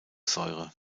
säure